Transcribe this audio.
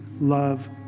love